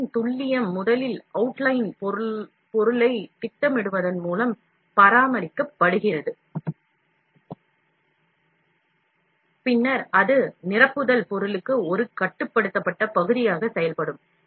பகுதியின் துல்லியம் முதலில் அவுட்லைன் பொருளைத் திட்டமிடுவதன் மூலம் பராமரிக்கப்படுகிறது பின்னர் அது நிரப்புதல் பொருளுக்கு ஒரு கட்டுப்படுத்தப்பட்ட பகுதியாக செயல்படும்